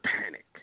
panic